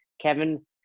Kevin